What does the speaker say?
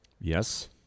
Yes